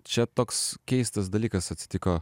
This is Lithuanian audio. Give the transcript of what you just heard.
čia toks keistas dalykas atsitiko